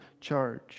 charge